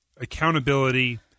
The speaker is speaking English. accountability